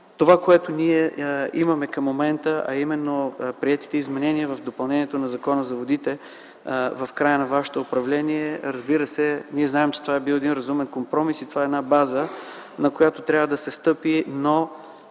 Това, което имаме към момента, а именно приетите изменения в допълнението на Закона за водите в края на вашето управление, разбира се, ние знаем, че това е бил един разумен компромис и това е база, на която трябва да се стъпи, но